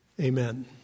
amen